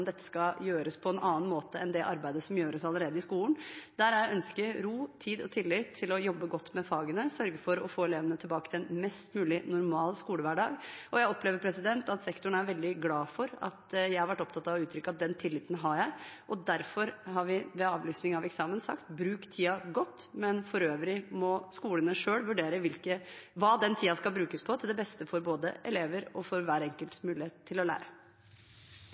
dette skal gjøres på en annen måte enn det arbeidet som allerede gjøres i skolen. Der er ønsket ro, tid og tillit til å jobbe godt med fagene og sørge for å få elevene tilbake til en mest mulig normal skolehverdag. Jeg opplever at sektoren er veldig glad for at jeg har vært opptatt av å uttrykke at den tilliten har jeg. Derfor har vi ved avlysning av eksamen sagt: Bruk tiden godt. Men for øvrig må skolene selv vurdere hva den tiden skal brukes på, til beste både for elever og hver enkelts mulighet til å lære.